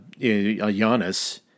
Giannis